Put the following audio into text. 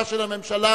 אדטו, שלמה מולה,